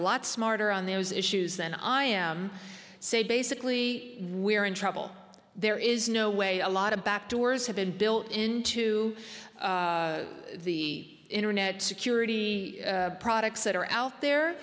lot smarter on those issues than i am say basically we're in trouble there is no way a lot of back doors have been built into the internet security products that are out there